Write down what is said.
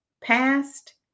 past